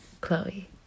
Chloe